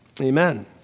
Amen